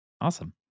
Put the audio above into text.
Awesome